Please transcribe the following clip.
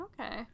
okay